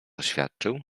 oświadczył